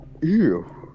Ew